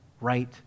right